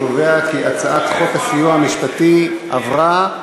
ההצעה להעביר את הצעת חוק הסיוע המשפטי (תיקון,